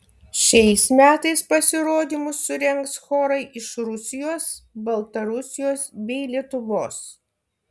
šiais metais pasirodymus surengs chorai iš rusijos baltarusijos bei lietuvos